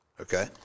okay